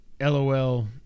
lol